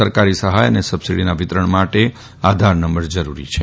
સરકારી સહાય અને સબસીડીના વિતરણ માટે આધારનંબર જરૂરી છે